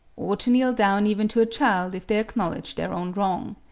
or to kneel down even to a child if they acknowledge their own wrong.